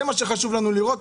זה מה שחשוב לנו לראות.